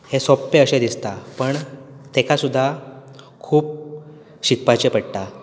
हें सोपें अशें दिसता पण तेका सुद्दां खूब शिकपाचें पडटा